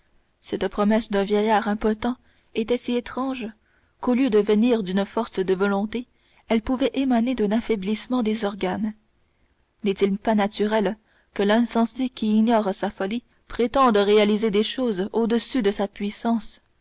cette promesse d'un vieillard impotent était si étrange qu'au lieu de venir d'une force de volonté elle pouvait émaner d'un affaiblissement des organes n'est-il pas naturel que l'insensé qui ignore sa folie prétende réaliser des choses au-dessus de sa puissance